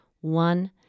One